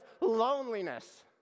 loneliness